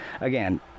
Again